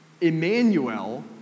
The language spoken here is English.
Emmanuel